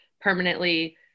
permanently